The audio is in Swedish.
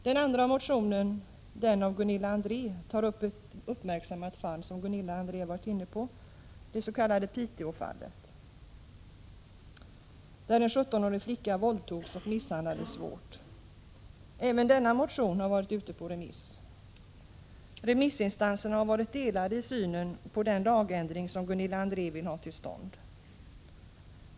Den andra motionen, den av Gunilla André, tar upp ett uppmärksammat fall som Gunilla André redan har berört i debatten, det s.k. Piteåfallet, där en 17-årig flicka våldtogs och misshandlades svårt. Även denna motion har varit ute på remiss. Remissinstanserna har varit delade i synen på den lagändring som Gunilla André vill ha till stånd.